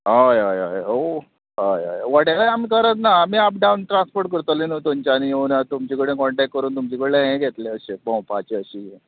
हय हय हय हय हय वटेकय आमी गरज ना आमी अपडावन ट्रांसपोट करतले न्हू थंयच्यान येवन तुमचे कडेन कॉन्टेक्ट करून तुमचे कडल्यान हे घेतले अशें पळोवपाचें अशें हें